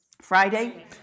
Friday